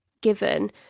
given